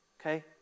Okay